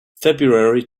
february